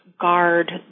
guard